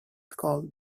called